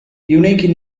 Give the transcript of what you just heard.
unique